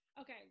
Okay